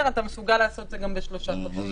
אתה מסוגל לעשות את זה גם בשלושה חודשים,